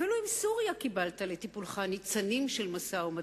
אפילו עם סוריה קיבלת לטיפולך ניצנים של משא-ומתן.